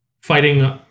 fighting